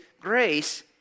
grace